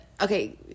okay